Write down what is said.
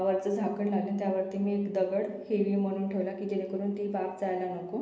वरचं झाकण लावलंन त्यावरती मी एक दगड हेवी म्हणून ठेवला की जेणेकरून ती वाफ जायला नको